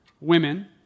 women